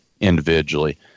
individually